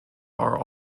are